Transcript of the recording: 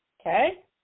Okay